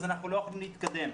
אז לא נתקדם,